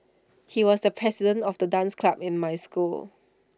he was the president of the dance club in my school